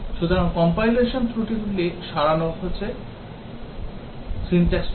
সুতরাং compilation ত্রুটিগুলি সরানো হয়েছে syntax ত্রুটিও